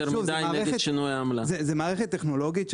זו מערכת טכנולוגית.